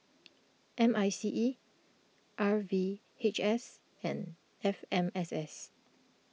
M I C E R V H S and F M S S